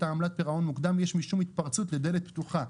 עמלת הפירעון המוקדם יש משום התפרצות לדלת פתוחה,